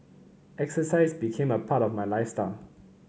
exercise became a part of my lifestyle